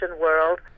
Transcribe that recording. world